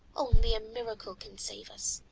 only a miracle can save us.